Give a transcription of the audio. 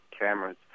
cameras